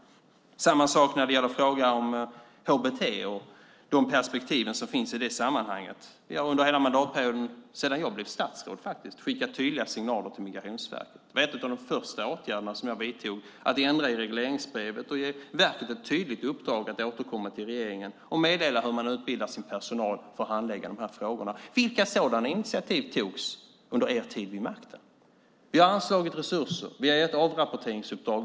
Det är samma sak när det gäller frågan om hbt och de perspektiv som finns i det sammanhanget. Vi har under hela mandatperioden, sedan jag blev statsråd faktiskt, skickat tydliga signaler till Migrationsverket. Det var en av de första åtgärderna som jag vidtog: att ändra i regleringsbrevet och ge verket ett tydligt uppdrag att återkomma till regeringen och meddela hur man utbildar sin personal för att handlägga de här frågorna. Vilka sådana initiativ togs under er tid vid makten? Vi har anslagit resurser. Vi har gett avrapporteringsuppdrag.